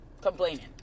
complaining